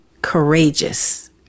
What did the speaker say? courageous